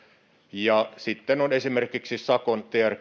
ja sitten esimerkiksi sakon trg